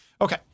Okay